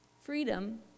Freedom